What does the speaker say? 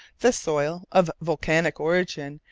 the soil, of volcanic origin,